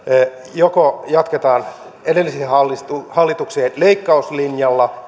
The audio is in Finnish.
joko jatketaan edellisien hallituksien leikkauslinjalla